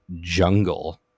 jungle